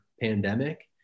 pandemic